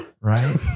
Right